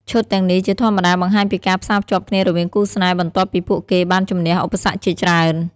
ឈុតទាំងនេះជាធម្មតាបង្ហាញពីការផ្សារភ្ជាប់គ្នារវាងគូស្នេហ៍បន្ទាប់ពីពួកគេបានជម្នះឧបសគ្គជាច្រើន។